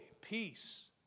peace